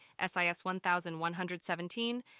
SIS-1117